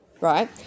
right